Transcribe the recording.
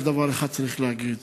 רק דבר אחד צריך להגיד: